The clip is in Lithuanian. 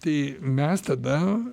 tai mes tada